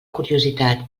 curiositat